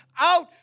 out